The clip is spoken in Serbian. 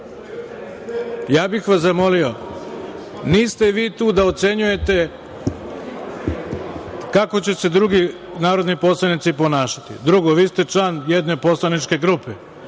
bih vas zamolio, niste vi tu da ocenjujete kako će se drugi narodni poslanici ponašati. Drugo, vi ste član jedne poslaničke grupe